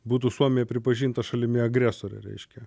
būtų suomija pripažinta šalimi agresore reiškia